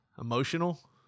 emotional